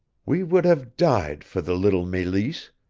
we would have died for the little meleese,